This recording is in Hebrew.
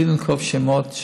בלי לנקוב בשמות,